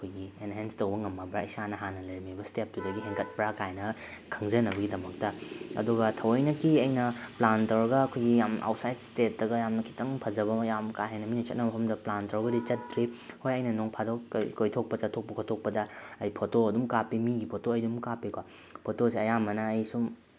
ꯑꯩꯈꯣꯏꯒꯤ ꯑꯦꯟꯍꯦꯟꯁ ꯇꯧꯕ ꯉꯝꯃꯕ꯭ꯔ ꯏꯁꯥꯅ ꯍꯥꯟꯅ ꯂꯩꯔꯝꯃꯤꯕ ꯏꯁꯇꯦꯞꯇꯨꯗꯒꯤ ꯍꯦꯟꯒꯠꯄ꯭ꯔ ꯀꯥꯏꯅ ꯈꯪꯖꯅꯕꯒꯤꯗꯃꯛꯇ ꯑꯗꯨꯒ ꯊꯑꯣꯏꯅꯀꯤ ꯑꯩꯅ ꯄ꯭ꯂꯥꯟ ꯇꯧꯔꯒ ꯑꯩꯈꯣꯏꯒꯤ ꯌꯥꯝ ꯑꯥꯎꯠꯁꯥꯏꯠ ꯏꯁꯇꯦꯠꯇꯒ ꯌꯥꯝꯅ ꯈꯤꯇꯪ ꯐꯖꯕ ꯌꯥꯝ ꯀꯥꯍꯦꯟꯅ ꯃꯤꯅ ꯆꯠꯅꯕ ꯃꯐꯝꯗ ꯄ꯭ꯂꯥꯟ ꯇꯧꯔꯒꯗꯤ ꯆꯠꯇ꯭ꯔꯤ ꯍꯣꯏ ꯑꯩꯅ ꯅꯣꯡ ꯐꯥꯗꯣꯛꯀ ꯀꯣꯏꯊꯣꯛꯄ ꯆꯠꯊꯣꯛꯄ ꯈꯣꯠꯇꯣꯛꯄꯗ ꯑꯩ ꯐꯣꯇꯣ ꯑꯗꯨꯝ ꯀꯥꯞꯄꯤ ꯃꯤꯒꯤ ꯐꯣꯇꯣ ꯑꯩ ꯑꯗꯨꯝ ꯀꯥꯞꯄꯤꯀꯣ ꯐꯣꯇꯣꯁꯦ ꯑꯌꯥꯝꯕꯅ ꯑꯩ ꯁꯨꯝ